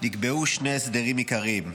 נקבעו שני הסדרים עיקריים: